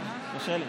לי,